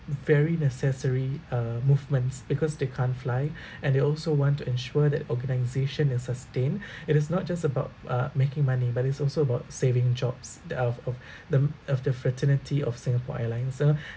very necessary uh movements because they can't fly and they also want to ensure that organisation and sustain it is not just about uh making money but it's also about saving jobs the out of them of the fraternity of Singapore Airlines so